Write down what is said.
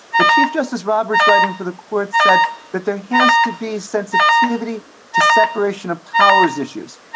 but chief justice roberts, writing for the court, said that there has to be sensitivity to separation of powers issues,